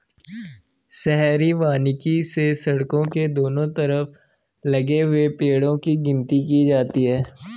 शहरी वानिकी से सड़क के दोनों तरफ लगे हुए पेड़ो की गिनती की जाती है